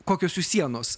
kokios jų sienos